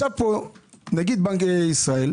יש פה נגיד בנק ישראל.